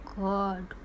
god